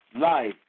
life